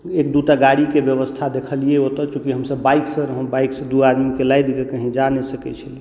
एक दूटा गाड़ीके व्यवस्था देखलियै ओतऽ चूँकि हमसब बाइकसँ रहौ बाइकसँ दू आदमीके लादिके कही जा नहि सकैत छलहुँ